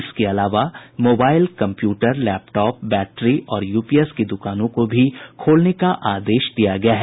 इसके अलावा mobile computer laptop battery और यूपीएस की दुकानों को भी खोलने का आदेश दिया गया है